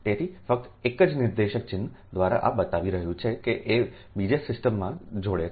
તેથી ફક્ત એક જ નિર્દેશક ચિહ્ન દ્વારા આ બતાવી રહ્યું છે કે જે બીજી સિસ્ટમમાં જોડે છે